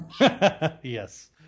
Yes